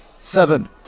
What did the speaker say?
seven